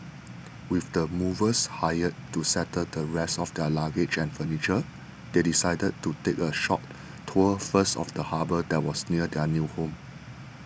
with the movers hired to settle the rest of their luggage and furniture they decided to take a short tour first of the harbour that was near their new home